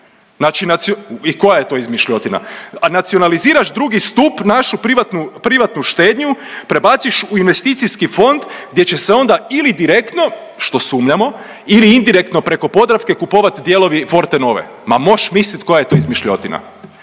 ide. I koja je to izmišljotina? Nacionaliziraš drugi stup našu privatnu štednju, prebaciš u investicijski fond gdje će se onda ili direktno, što sumnjamo ili indirektno preko Podravke kupovat dijelovi Fortenove. Ma moš mislit koja je to izmišljotina.